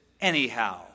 anyhow